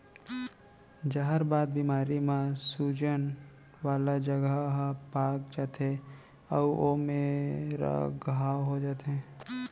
जहरबाद बेमारी म सूजन वाला जघा ह पाक जाथे अउ ओ मेरा घांव हो जाथे